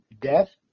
death